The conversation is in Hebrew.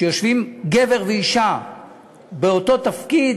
כשיושבים גבר ואישה באותו תפקיד,